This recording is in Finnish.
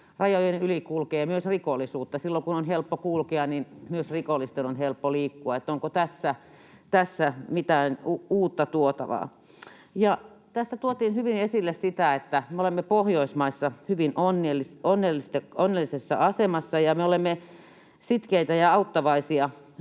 rajojen yli kulkee myös rikollisuutta. Silloin kun on helppo kulkea, niin myös rikollisten on helppo liikkua. Onko tässä mitään uutta tuotavaa? Tässä tuotiin hyvin esille sitä, että me olemme Pohjoismaissa hyvin onnellisessa asemassa. Me olemme sitkeitä ja auttavaisia